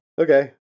Okay